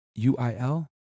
UIL